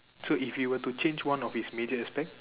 so if you were to change one of his major aspect